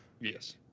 Yes